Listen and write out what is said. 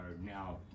now